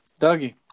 Dougie